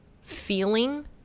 feeling